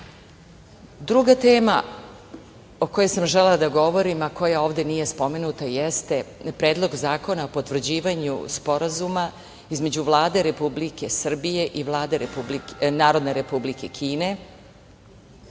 tema, o kojoj sam želela da govorim a koja ovde nije spomenuta, jeste predlog zakona o potvrđivanju sporazuma između Vlade Republike Srbije i Narodne Republike Kine